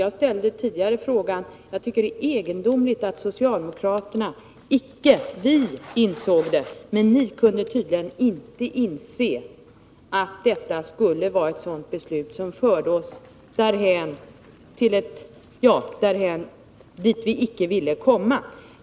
Jag sade tidigare att det är egendomligt att socialdemokraterna inte insåg det. Vi insåg det, men ni kunde tydligen inte inse att detta var ett beslut som förde oss dithän vi icke ville komma.